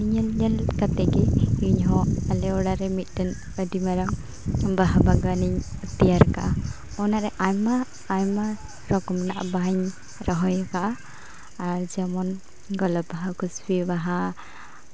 ᱛᱳ ᱩᱱᱤ ᱧᱮᱞ ᱧᱮᱞ ᱠᱟᱛᱮᱫ ᱜᱮ ᱤᱧᱦᱚᱸ ᱟᱞᱮ ᱚᱲᱟᱜ ᱨᱮ ᱢᱤᱫᱴᱮᱱ ᱟᱹᱰᱤ ᱢᱟᱨᱟᱝ ᱵᱟᱦᱟ ᱵᱟᱜᱟᱱᱤᱧ ᱛᱮᱭᱟᱨ ᱠᱟᱫᱟ ᱚᱱᱟᱨᱮ ᱟᱭᱢᱟ ᱟᱭᱢᱟ ᱨᱚᱠᱚᱢ ᱨᱮᱱᱟᱜ ᱵᱟᱦᱟᱧ ᱨᱚᱦᱚᱭ ᱠᱟᱜᱼᱟ ᱟᱨ ᱡᱮᱢᱚᱱ ᱜᱳᱞᱟᱯ ᱵᱟᱦᱟ ᱠᱩᱥᱵᱤ ᱵᱟᱦᱟ